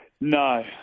No